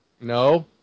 No